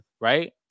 right